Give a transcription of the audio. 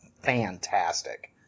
fantastic